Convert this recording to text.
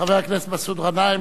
חבר הכנסת מסעוד גנאים,